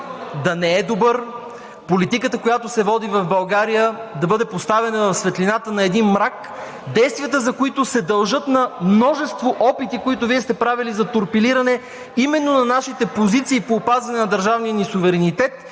да не е добър, политиката, която се води в България, да бъде поставена на светлината на един мрак, действията, които се дължат на множество опити, които Вие сте правили за торпилиране именно на нашите позиции по опазване на държавния ни суверенитет